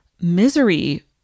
misery